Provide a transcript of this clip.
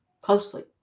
closely